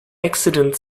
accident